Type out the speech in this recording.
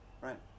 Right